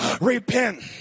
repent